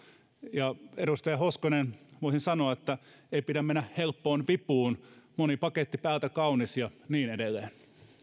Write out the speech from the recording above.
edustaja hoskonen voisin sanoa että ei pidä mennä helppoon vipuun moni paketti päältä kaunis ja niin edelleen